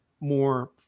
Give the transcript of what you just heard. more